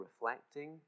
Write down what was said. reflecting